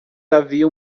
havia